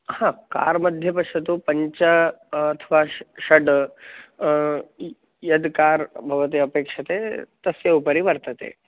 हा कार्मध्ये पश्यतु पञ्च अथवा षड् य् यद् कार् भवती अपेक्षते तस्य उपरि वर्तते